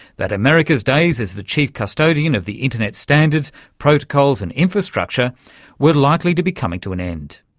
that america's days as the chief custodian of the internet's standards, protocols and infrastructure were likely to be coming to an end.